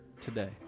today